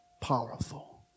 powerful